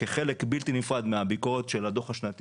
כחלק בלתי נפרד מהביקורת של הדוח השנתי